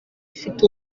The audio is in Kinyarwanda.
afite